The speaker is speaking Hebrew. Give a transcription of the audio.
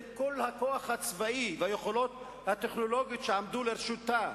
עם כל הכוח הצבאי והיכולת הטכנולוגית שעומדים לרשותה,